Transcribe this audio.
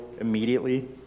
immediately